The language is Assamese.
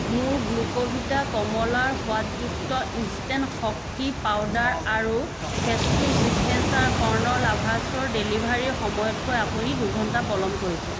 মোৰ গ্লুক'ভিটা কমলাৰ সোৱাদযুক্ত ইনষ্টেণ্ট শক্তি পাউদাৰ আৰু ফ্ৰেছো চিগনেচাৰ কৰ্ণ লাভাছৰ ডেলিভাৰীৰ সময়তকৈ আপুনি দুঘণ্টা পলম কৰিছে